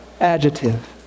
adjective